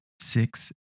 six